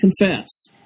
confess